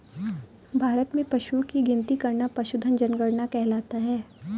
भारत में पशुओं की गिनती करना पशुधन जनगणना कहलाता है